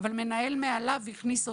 אבל מנהל מעליו הכניס אותה,